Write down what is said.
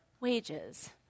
wages